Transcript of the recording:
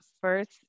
first